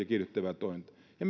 kiihdyttävää tointa ja